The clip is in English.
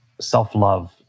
self-love